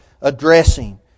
addressing